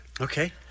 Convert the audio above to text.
Okay